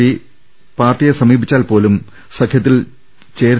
P പാർട്ടിയെ സമീപിച്ചാൽപ്പോലും സഖ്യത്തിൽ ചേരി